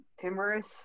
timorous